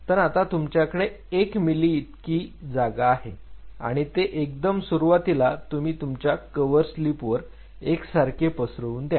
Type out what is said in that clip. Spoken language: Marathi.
तर आता तुमच्याकडे 1 मिली इतकी आहे आणि ते एकदम सुरुवातीला तुम्ही तुमच्या कव्हरस्लिप वर एक सारखे पसरवून द्या